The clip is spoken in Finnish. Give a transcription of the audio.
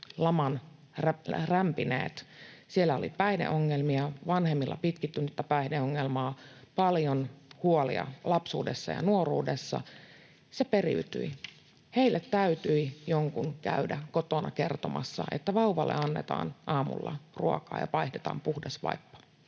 laman rämpineillä, oli päihdeongelmia, vanhemmilla pitkittynyttä päihdeongelmaa, paljon huolia lapsuudessa ja nuoruudessa, ja se periytyi. Heille täytyi jonkun käydä kotona kertomassa, että vauvalle annetaan aamulla ruokaa ja vaihdetaan puhdas vaippa.